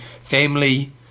family